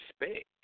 respect